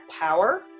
power